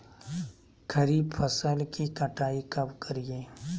खरीफ फसल की कटाई कब करिये?